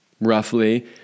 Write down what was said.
roughly